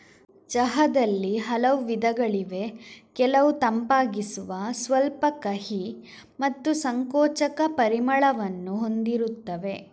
ಚಹಾದಲ್ಲಿ ಹಲವು ವಿಧಗಳಿವೆ ಕೆಲವು ತಂಪಾಗಿಸುವ, ಸ್ವಲ್ಪ ಕಹಿ ಮತ್ತು ಸಂಕೋಚಕ ಪರಿಮಳವನ್ನು ಹೊಂದಿರುತ್ತವೆ